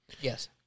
Yes